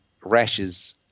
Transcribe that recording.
rashes